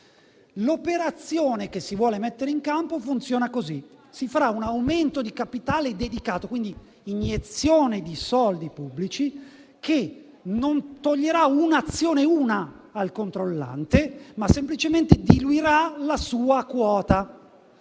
L'operazione che si vuole mettere in campo funziona così: si farà un aumento di capitale dedicato, con iniezione di soldi pubblici, che non toglierà una sola azione al controllante ma semplicemente diluirà la sua quota.